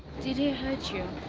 did he hurt you?